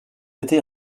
été